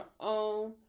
own